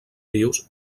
vius